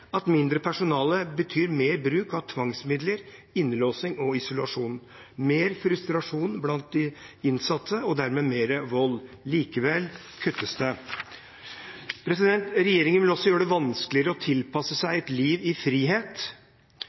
at mindre personale betyr mer bruk av tvangsmidler, innlåsing og isolasjon, mer frustrasjon blant de innsatte og dermed mer vold. Likevel kuttes det. Regjeringen vil også gjøre det vanskeligere å tilpasse seg et liv i frihet.